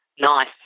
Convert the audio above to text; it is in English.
nice